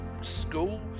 school